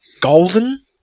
golden